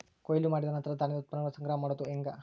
ಕೊಯ್ಲು ಮಾಡಿದ ನಂತರ ಧಾನ್ಯದ ಉತ್ಪನ್ನಗಳನ್ನ ಸಂಗ್ರಹ ಮಾಡೋದು ಹೆಂಗ?